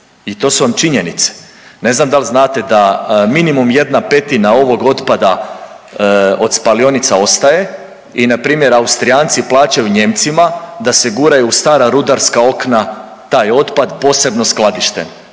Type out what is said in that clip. I to su vam činjenice. Ne znam da li znate da minimum 1/5 ovog otpada od spalionica ostaje i npr. Austrijanci plaćaju Nijemcima da se guraju u stara rudarska okna taj otpad posebno skladišten